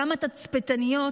גם התצפיתניות